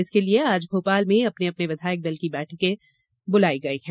इसके लिये आज भोपाल में अपने अपने विधायक दल की बैठकें बुलाई गई हैं